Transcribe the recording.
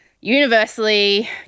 universally